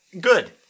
Good